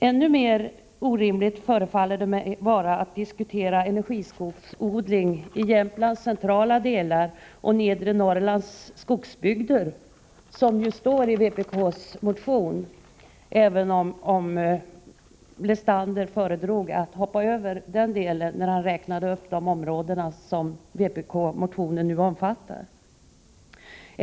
Ännu mer orimligt förefaller det mig vara att diskutera energiskogsodling i Jämtlands centrala delar och i nedre Norrlands skogsbygder, som det står i vpk:s motion — Paul Lestander föredrog att hoppa över den delen när han räknade upp de områden som vpk-motionen omfattar.